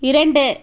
இரண்டு